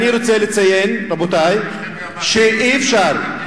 אני רוצה לציין, רבותי, שאי-אפשר,